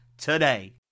Today